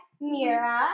Mira